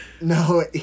no